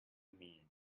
mean